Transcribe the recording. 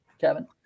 Kevin